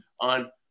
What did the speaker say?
on